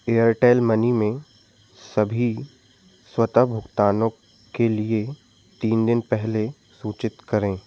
Airtel money में सभी स्वतः भुगतानों के लिए तीन दिन पहले सूचित करें